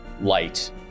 light